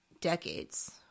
decades